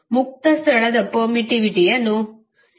ಮುಕ್ತ ಸ್ಥಳದ ಪರ್ಮಿಟಿವಿಟಿಯನ್ನು 8